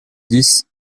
dix